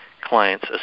clients